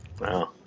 wow